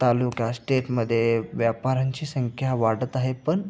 तालुक्या स्टेटमध्ये व्यापारांची संख्या वाढत आहे पण